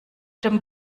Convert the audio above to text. dem